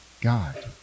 God